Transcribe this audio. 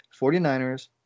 49ers